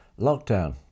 lockdown